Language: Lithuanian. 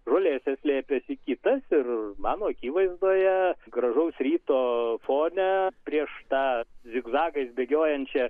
žolėse slėpėsi kitas ir mano akivaizdoje gražaus ryto fone prieš tą zigzagais bėgiojančią